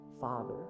Father